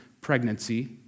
pregnancy